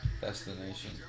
destination